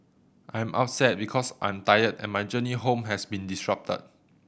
I'm upset because I'm tired and my journey home has been disrupted